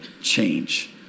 change